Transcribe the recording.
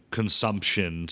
consumption